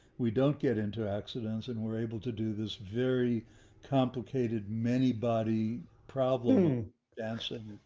we don't get into accidents and we're able to do this very complicated many body problem dancing.